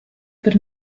per